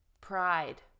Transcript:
pride